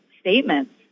statements